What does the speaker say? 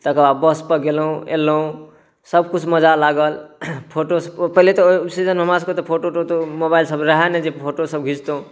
तकर बाद बसपर गेलहुँ अएलहुँ सबकिछु मजा लागल फोटो पहिले तऽ ओहि सीजनमे हमरासबके फोटो तोटो मोबाइलसब रहै नहि जे फोटोसब खिचतहुँ